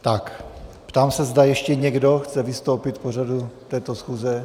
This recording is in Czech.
Tak, ptám se, zda ještě někdo chce vystoupit k pořadu této schůze.